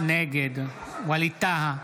נגד ווליד טאהא,